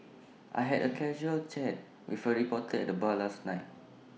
I had A casual chat with A reporter at the bar last night